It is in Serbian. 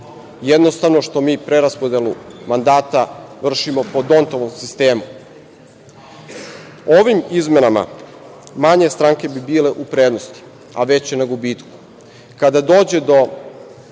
jednostavno što mi preraspodelu mandata vršimo po Dontovom sistemu. Ovim izmenama manje stranke bi bile u prednosti, a veće na gubitku. Kada dođe do